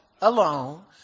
alone